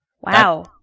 Wow